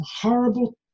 horrible